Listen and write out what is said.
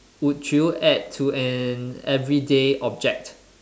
would you add to an everyday object